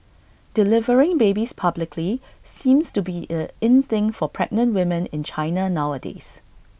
delivering babies publicly seems to be A in thing for pregnant women in China nowadays